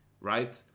right